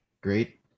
great